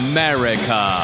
America